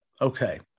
okay